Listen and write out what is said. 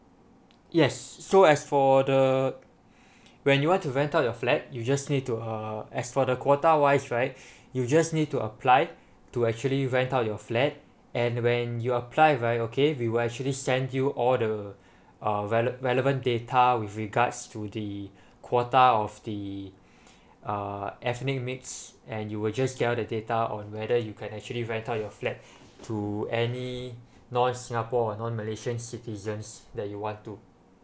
yes so as for the when you want to rent out your flat you just need to err as for the quota wise right you just need to apply to actually rent out your flat and when you apply right okay we will actually send you all the uh rele~ relevant data with regards to the quota of the uh ethnic mix and you will just get all the data on whether you can actually rent out your flat to any non singapore non malaysian citizens that you want to